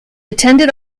attended